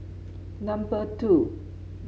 number two